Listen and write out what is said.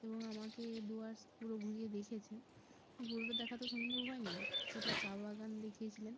এবং আমাকে ডুয়ার্স পুরো ঘুরিয়ে দেখিয়েছেন পুরোটা দেখা তো সম্ভব হয় নি কিছুটা চা বাগান দেখিয়েছিলেন